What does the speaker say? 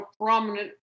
prominent